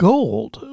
Gold